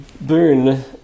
boon